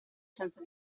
senza